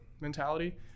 mentality